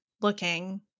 looking